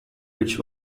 which